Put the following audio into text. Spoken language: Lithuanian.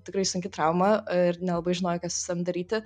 tikrai sunki trauma ir nelabai žinojai ką su savim daryti